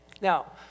Now